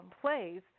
plays